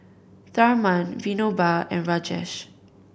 Tharman Vinoba and Rajesh